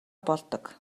болдог